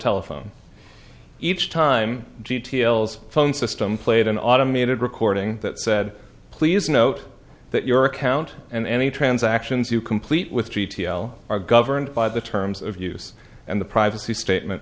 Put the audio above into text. telephone each time details phone system played an automated recording that said please note that your account and any transactions you complete with t t l are governed by the terms of use and the privacy statement